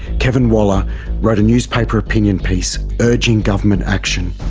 kevin waller wrote a newspaper opinion piece, urging government action.